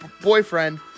boyfriend